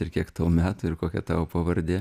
ir kiek tau metų ir kokia tavo pavardė